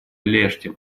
лешти